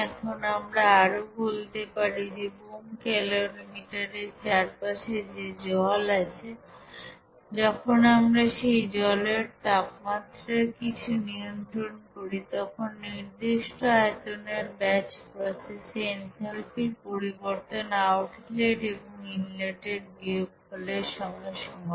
এখন আমরা আরও বলতে পারি যে বোম্ব ক্যালরিমিটার এর চারিপাশে যে জল আছে যখন আমরা সেই জলের তাপমাত্রার কিছু নিয়ন্ত্রণ করি তখন নির্দিষ্ট আয়তনের ব্যাচ প্রসেসে এনথালপির পরিবর্তন আউটলেট এবং ইনলেটের বিয়োগফল এর সঙ্গে সমান